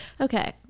Okay